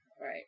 Right